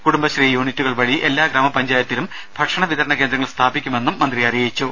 കുടുംബശ്രീ യൂണിറ്റുകൾ വഴി എല്ലാ ഗ്രാമ പഞ്ചായത്തിലും ഭക്ഷണ വിതരണ കേന്ദ്രങ്ങൾ സ്ഥാപിക്കുമെന്നും മന്ത്രി അറിയിച്ചു